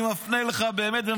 אני מפנה אליך באמת,